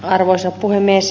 arvoisa puhemies